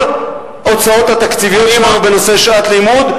ההוצאות התקציביות שלנו בנושא שעת לימוד,